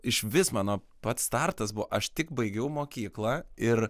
išvis mano pats startas buvo aš tik baigiau mokyklą ir